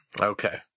Okay